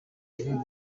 нэгэн